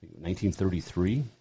1933